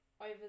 over